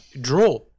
draw